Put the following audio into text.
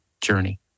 journey